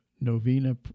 novena